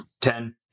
Ten